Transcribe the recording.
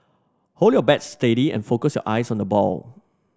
hold your bat steady and focus your eyes on the ball